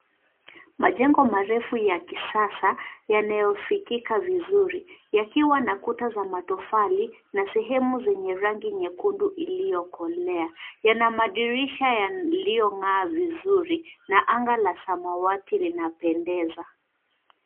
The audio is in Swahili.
Majengo marefu ya kisasa yanayo fikika vizuri yakiwa na kuta za matofari na sehemu zenye rangi nyekundu iliokolea. Yana madirisha yaliyo ngaa vizuri na anga la samawati linapendeza.